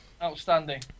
Outstanding